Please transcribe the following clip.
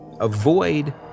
avoid